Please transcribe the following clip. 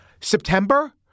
September